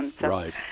Right